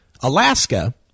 Alaska